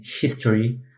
history